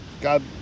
God